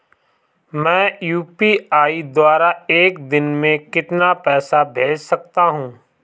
मैं यू.पी.आई द्वारा एक दिन में कितना पैसा भेज सकता हूँ?